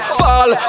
fall